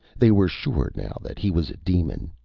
they were sure now that he was a demon.